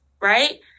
right